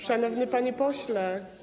Szanowny Panie Pośle!